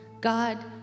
God